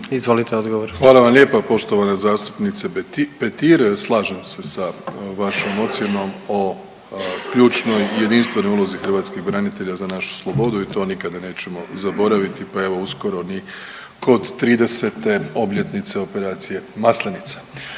Andrej (HDZ)** Hvala vam lijepa poštovana zastupnice Petir, slažem se sa vašom ocjenom o ključnoj i jedinstvenoj ulozi hrvatskih branitelja za našu slobodu i to nikada nećemo zaboraviti, pa evo uskoro ni kod 30. obljetnice operacije Maslenica.